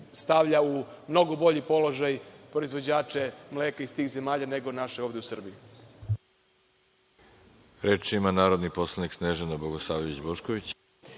stavlja u mnogo bolji položaj proizvođače mleka iz tih zemalja nego naše ovde u Srbiji. **Veroljub Arsić** Reč ima narodni poslanik Snežana Bogosavljević Bošković.